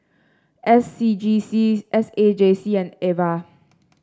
S C G C S A J C and Ava